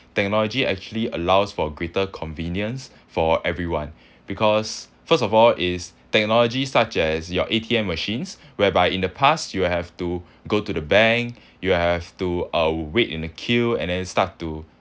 technology actually allows for greater convenience for everyone because first of all is technology such as your A_T_M machines whereby in the past you will have to go to the bank you have to uh wait in a queue and then start to